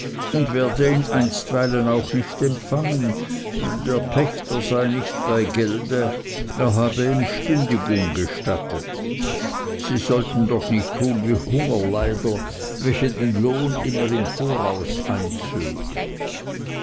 und werde ihn einstweilen auch nicht empfangen der pächter sei nicht bei gelde er habe ihm stündigung gestattet sie sollten doch nicht tun wie hungerleider welche den lohn immer zum voraus einzögen